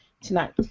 tonight